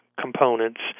components